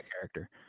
character